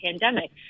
pandemic